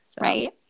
Right